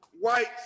white